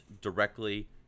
directly